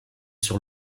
sur